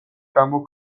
გამო